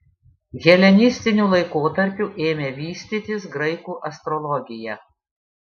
helenistiniu laikotarpiu ėmė vystytis graikų astrologija